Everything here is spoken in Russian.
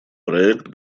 проект